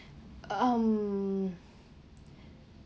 um